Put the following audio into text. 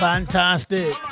Fantastic